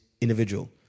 individual